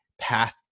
path